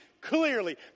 Clearly